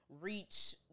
reach